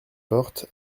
porte